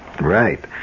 Right